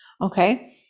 Okay